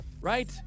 right